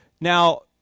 Now